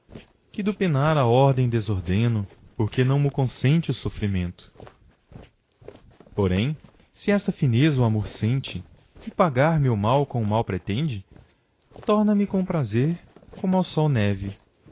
que do penar a ordem desordeno porque não mo consente o sofrimento porém se esta fineza o amor sente e pagar me meu mal com mal pretende torna me com prazer como ao sol neve